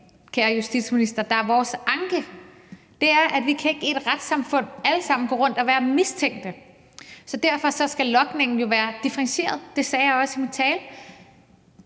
kære justitsminister, der er vores anke, altså at vi ikke i et retssamfund alle sammen kan gå rundt og være mistænkte. Så derfor skal logningen være differentieret – det sagde jeg også i min tale.